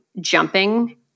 jumping